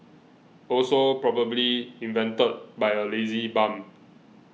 also probably invented by a lazy bum